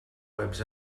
webs